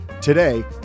Today